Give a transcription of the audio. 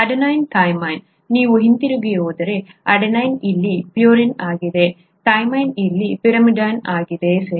adenine thymine ನೀವು ಹಿಂತಿರುಗಿ ಹೋದರೆ ಅಡೆನಿನ್ ಇಲ್ಲಿ ಪ್ಯೂರಿನ್ ಆಗಿದೆ ಥೈಮಿನ್ ಇಲ್ಲಿ ಪಿರಿಮಿಡಿನ್ ಆಗಿದೆ ಸರಿ